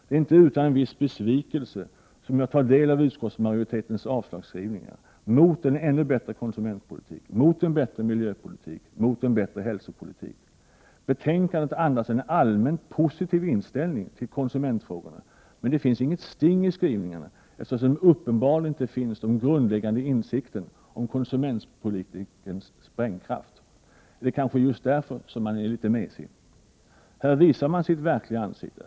Det är inte utan en viss besvikelse som jag tar del av utskottsmajoritetens skrivning — mot en ännu bättre konsumentpolitik, mot en bättre miljöpolitik och mot en bättre hälsopolitik. Betänkandet andas en allmänt positiv inställning till konsumentfrågorna, men det finns inget sting i skrivningarna, eftersom den grundläggande insikten om konsumentpolitikens sprängkraft uppenbarligen inte finns. Är det kanske just därför som man är så mesig? Här visar man sitt verkliga ansikte!